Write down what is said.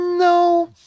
No